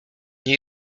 nie